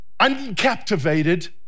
uncaptivated